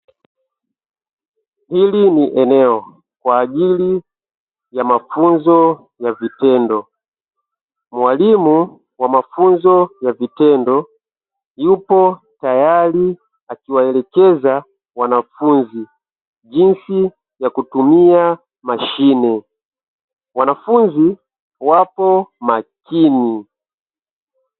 Hili ni eneo kwa ajili ya mafunzo ya vitendo. Mwalimu wa mafunzo ya vitendo yupo tayari akiwaelekeza wanafunzi jinsi ya kutumia mashine; wanafunzi wapo makini.